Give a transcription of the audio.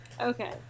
Okay